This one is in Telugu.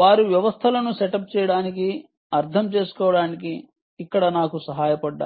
వారు వ్యవస్థలను సెటప్ చేయడానికి అర్థం చేసుకోవడానికి ఇక్కడ నాకు సహాయపడ్డారు